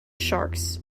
sharks